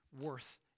worth